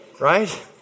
Right